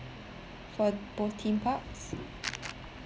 for both theme parks